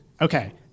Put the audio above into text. Okay